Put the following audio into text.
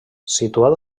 situat